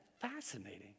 Fascinating